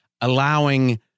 allowing